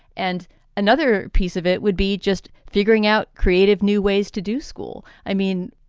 and another piece of it would be just figuring out creative new ways to do school. i mean,